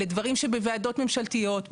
אלא דברים שבוועדות ממשלתיות,